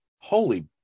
holy